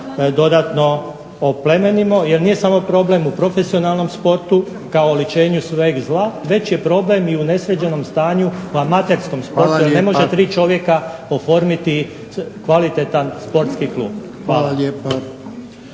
dodatno oplemenimo, jer nije samo problem u profesionalnom sportu kao oličenju sveg zla već je problem i u nesređenom stanju u amaterskom sportu jer ne može tri čovjeka oformiti kvalitetan sportski klub. Hvala.